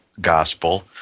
gospel